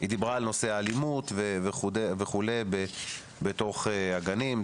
דיברה על נושא האלימות וכו' בתוך הגנים.